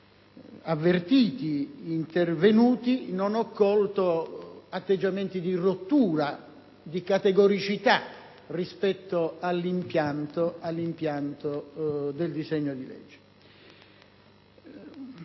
avvertiti intervenuti atteggiamenti di rottura, di categoricità rispetto all'impianto del disegno di legge.